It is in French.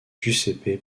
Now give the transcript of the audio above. giuseppe